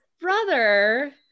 brother